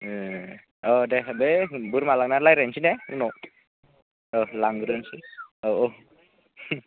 ए अ दे दे बोरमा लानायाव रायज्लायनोसै दे उनाव लांग्रो अ औ